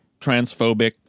transphobic